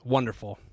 Wonderful